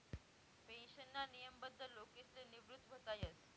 पेन्शनमा नियमबद्ध लोकसले निवृत व्हता येस